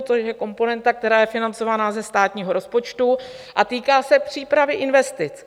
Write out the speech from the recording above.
To je komponenta, která je financována ze státního rozpočtu a týká se přípravy investic.